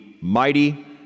mighty